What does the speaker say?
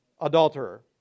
adulterer